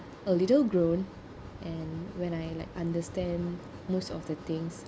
a little grown and when I like understand most of the things